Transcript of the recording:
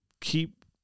keep